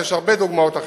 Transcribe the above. ויש הרבה דוגמאות אחרות,